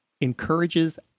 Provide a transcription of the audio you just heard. encourages